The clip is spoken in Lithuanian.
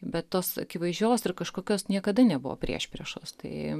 bet tos akivaizdžios ir kažkokios niekada nebuvo priešpriešos tai